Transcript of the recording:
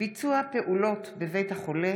(ביצוע פעולות בבית החולה),